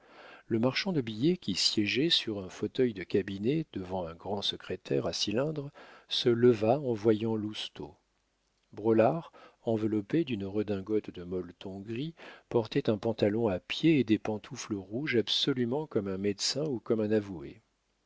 le marchand de billets qui siégeait sur un fauteuil de cabinet devant un grand secrétaire à cylindre se leva en voyant lousteau braulard enveloppé d'une redingote de molleton gris portait un pantalon à pied et des pantoufles rouges absolument comme un médecin ou comme un avoué